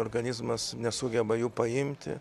organizmas nesugeba jų paimti